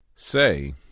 Say